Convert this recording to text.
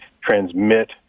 transmit